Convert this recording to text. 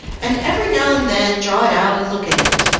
and every now and then draw it out and look at it.